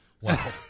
Wow